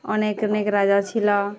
অনেক অনেক রাজা ছিল